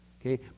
okay